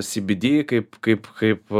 sybydy kaip kaip kaip